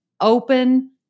open